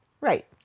Right